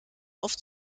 oft